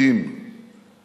חזקים